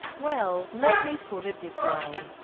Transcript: well, let me put it this way.